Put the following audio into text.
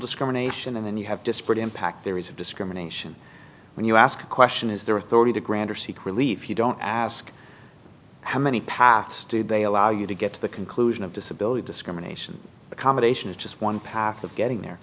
discrimination and then you have disparate impact there is of discrimination when you ask a question is there authority to grant or seek relief you don't ask how many paths did they allow you to get to the conclusion of disability discrimination accommodation is just one path of getting the